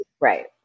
Right